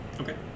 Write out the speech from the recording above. Okay